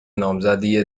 نامزدی